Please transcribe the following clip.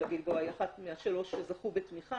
הגלבוע היא אחת מהשלוש שזכו בתמיכה.